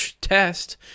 test